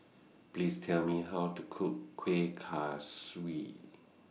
Please Tell Me How to Cook Kuih Kaswi